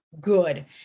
good